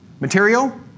Material